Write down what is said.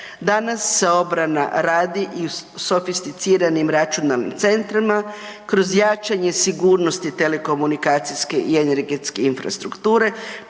Danas se obrana radi u sofisticiranim računalnim centrima, kroz jačanje sigurnosti telekomunikacijske i energetske infrastrukture,